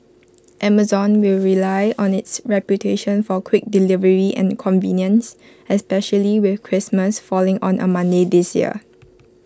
Amazon will rely on its reputation for quick delivery and convenience especially with Christmas falling on A Monday this year